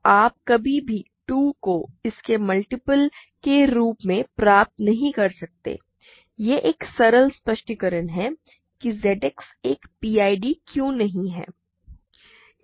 तो आप कभी भी 2 को इसके मल्टीपल के रूप में प्राप्त नहीं कर सकते यह एक सरल स्पष्टीकरण है कि ZX एक PID क्यों नहीं है